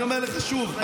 אני אומר לך שוב,